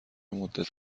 مدت